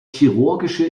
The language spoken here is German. chirurgische